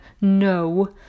no